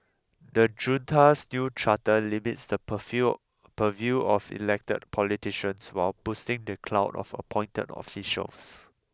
the junta's new charter limits the purview of elected politicians while boosting the clout of appointed officials